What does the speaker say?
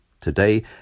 Today